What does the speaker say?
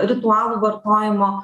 ritualų vartojimo